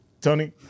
Tony